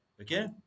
Okay